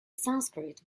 sanskrit